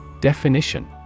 Definition